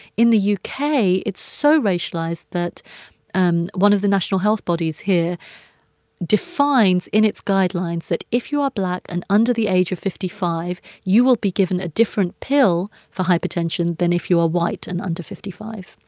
in the u k, it's so racialized that um one of the national health bodies here defines in its guidelines that if you are black and under the age of fifty five, you will be given a different pill for hypertension than if you are white and under fifty five.